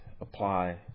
apply